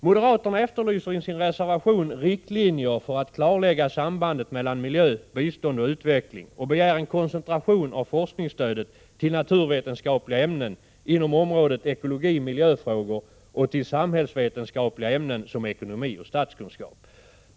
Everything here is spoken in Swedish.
Moderaterna efterlyser i sin reservation riktlinjer för att klarlägga sambandet mellan miljö, bistånd och utveckling och begär en koncentration av forskningsstödet till naturvetenskapliga ämnen inom området ekologi —miljöfrågor och till samhällsvetenskapliga ämnen som ekonomi och statskunskap.